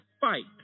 fight